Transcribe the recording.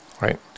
Right